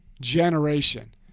generation